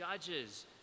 judges